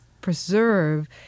preserve